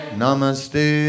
namaste